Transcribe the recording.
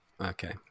okay